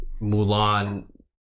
mulan